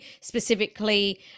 specifically